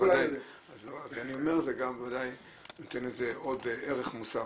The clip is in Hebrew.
זה גם בוודאי נותן ערך מוסף,